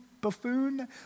buffoon